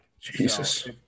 Jesus